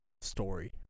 story